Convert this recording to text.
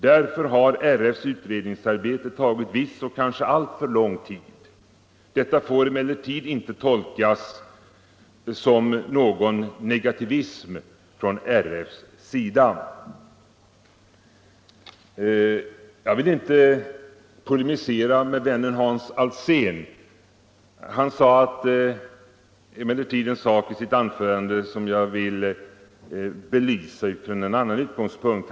Därför har RF:s utredningsarbete tagit viss och kanske alltför lång tid. Detta får emellertid inte tolkas som någon negativism från RF:s sida. Jag vill inte polemisera mot vännen Hans Alsén. Han sade emellertid en sak i sitt anförande som jag vill belysa med en annan utgångspunkt.